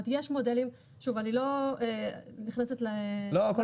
יש מודלים אני לא נכנסת למה שאמרת --- הכול